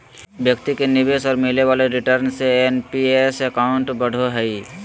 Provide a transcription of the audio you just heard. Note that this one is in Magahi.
व्यक्ति के निवेश और मिले वाले रिटर्न से एन.पी.एस अकाउंट बढ़ो हइ